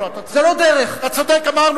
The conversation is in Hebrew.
אתה צודק.